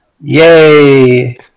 Yay